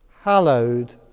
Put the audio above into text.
hallowed